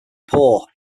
poor